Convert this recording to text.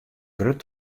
grut